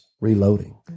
reloading